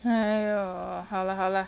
!aiyo! 好啦好啦